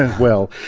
well,